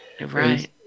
Right